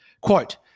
Quote